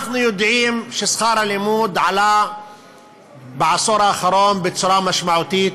אנחנו יודעים ששכר הלימוד עלה בעשור האחרון בצורה משמעותית,